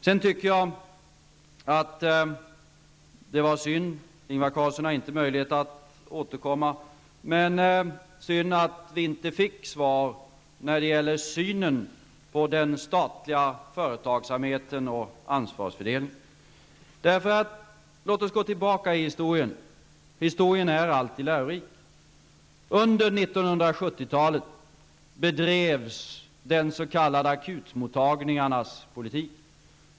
Ingvar Carlsson har inte möjlighet att återkomma i debatten, men det var synd att vi inte fick något besked om synen på den statliga företagsamheten och ansvarsfördelningen. Låt oss gå tillbaka i historien, eftersom historien alltid är lärorik. akutmottagningarnas politik.